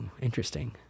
Interesting